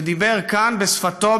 ודיבר כאן בשפתו,